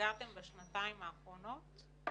סגרתם בשנתיים האחרונות?